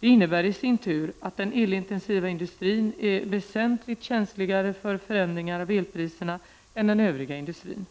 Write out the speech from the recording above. Det innebär i sin tur att den elintensiva industrin är väsentligt känsligare för förändringar av elpriserna än den övriga industrin.